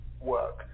work